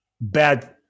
bad